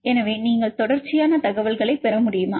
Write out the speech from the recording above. எனவே நீங்கள் தொடர்ச்சியான தகவல்களைப் பெற முடியுமா